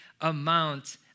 amount